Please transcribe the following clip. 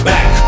Back